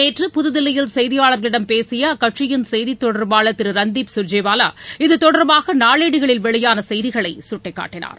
நேற்று புதுதில்லியில் செய்தியாளர்களிடம் பேசியஅக்கட்சியின் செய்தித்தொடர்பாளர் திருரன்தீப் சுர்ஜேவாலா இத்தொடர்பாகநாளேடுகளில் வெளியானசெய்திகளையும் சுட்டிக்காட்டினார்